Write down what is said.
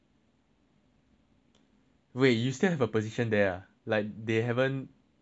wait you still have a position there ah like they haven't just fired you ah